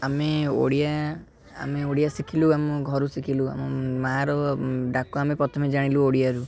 ଆମେ ଓଡ଼ିଆ ଆମେ ଓଡ଼ିଆ ଶିଖିଲୁ ଆମ ଘରୁ ଶିଖିଲୁ ଆମ ମା'ର ଡାକ ଆମେ ପ୍ରଥମେ ଜାଣିଲୁ ଓଡ଼ିଆରୁ